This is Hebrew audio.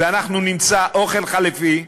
ואנחנו נמצא אוכל חלופי,